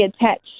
attached